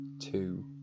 two